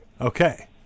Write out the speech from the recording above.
Okay